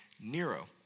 Nero